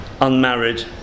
unmarried